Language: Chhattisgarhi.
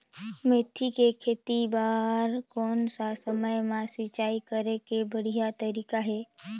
मेथी के खेती बार कोन सा समय मां सिंचाई करे के बढ़िया तारीक हे?